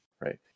right